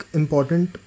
important